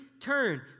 turn